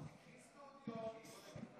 קחי סטודיו.